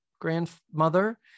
grandmother